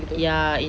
ya